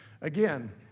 Again